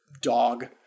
dog